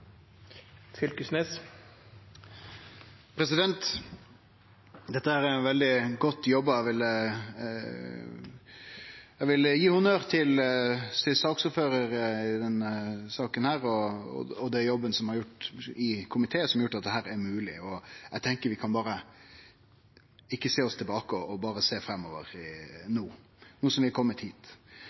veldig godt jobba. Eg vil gi honnør til saksordføraren i denne saka og for den jobben som er gjord i komiteen, som har gjort dette mogleg. Eg tenkjer at vi ikkje treng å sjå oss tilbake, men berre kan sjå framover no som vi har kome hit.